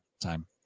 time